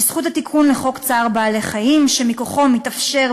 בזכות התיקון לחוק צער בעלי-חיים שמכוחו מתאפשר,